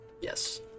Yes